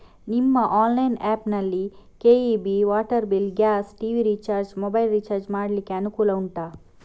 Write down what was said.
ನಿಮ್ಮ online app ನಲ್ಲಿ KEB, water bill, gas, TV recharge, mobile recharge ಮಾಡ್ಲಿಕ್ಕೆ ಅನುಕೂಲ ಉಂಟಾ